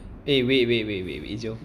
eh wait wait wait wait wait resume